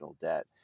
debt